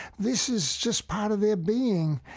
this is just part of their being.